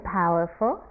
powerful